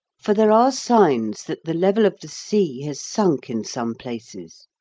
for there are signs that the level of the sea has sunk in some places,